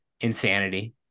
insanity